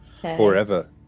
Forever